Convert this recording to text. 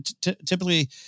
typically